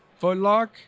footlock